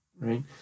right